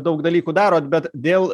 daug dalykų darot bet dėl